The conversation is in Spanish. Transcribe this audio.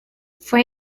fue